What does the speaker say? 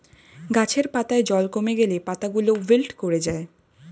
গাছের পাতায় জল কমে গেলে পাতাগুলো উইল্ট করে যায়